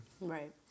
Right